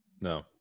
No